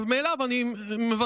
ממילא אני מרוקן